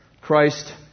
Christ